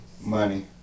Money